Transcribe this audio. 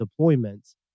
deployments